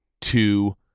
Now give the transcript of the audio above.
two